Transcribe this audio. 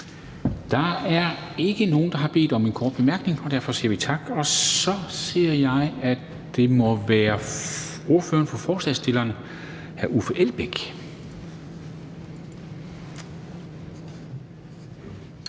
Der er ikke nogen, der har bedt om en kort bemærkning, og derfor siger vi tak til ordføreren. Så ser jeg, at det må være ordføreren for forslagsstillerne, hr. Uffe Elbæk.